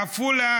בעפולה